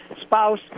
spouse